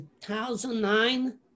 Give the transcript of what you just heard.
2009